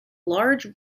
large